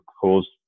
cause